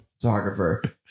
Photographer